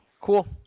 cool